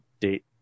date